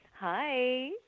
Hi